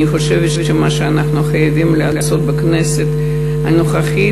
אני חושבת שמה אנחנו חייבים לעשות בכנסת הנוכחית,